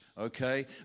okay